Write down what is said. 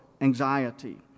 anxiety